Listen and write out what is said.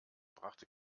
brachte